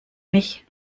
mich